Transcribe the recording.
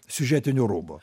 siužetiniu rubu